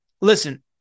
Listen